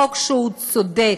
חוק שהוא צודק,